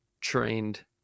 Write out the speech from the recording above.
trained